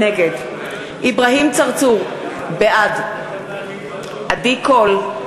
נגד אברהים צרצור, בעד עדי קול,